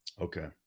Okay